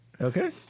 Okay